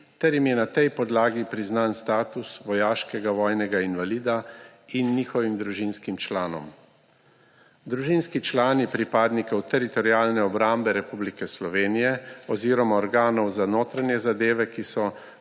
ter jim je na tej podlagi priznan status vojaškega vojnega invalida in njihovim družinskim članom. Družinski člani pripadnikov Teritorialne obrambe Republike Slovenije oziroma organov za notranje zadeve, ki so